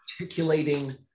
articulating